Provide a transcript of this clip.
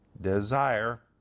desire